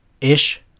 Ish